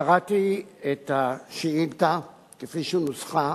קראתי את השאילתא כפי שנוסחה,